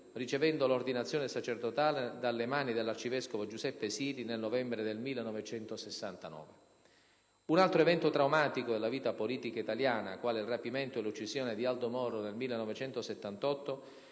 ricevendo l'ordinazione sacerdotale dalle mani dell'arcivescovo Giuseppe Siri nel novembre del 1969. Un altro evento traumatico della vita politica italiana, quale il rapimento e l'uccisione di Aldo Moro nel 1978,